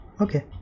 okay